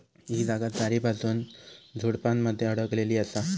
ही जागा चारीबाजून झुडपानमध्ये अडकलेली असा